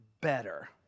better